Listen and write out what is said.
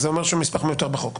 זה אומר שהוא מסמך מיותר בחוק.